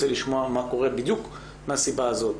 לשמוע מה קורה בדיוק מהסיבה הזאת,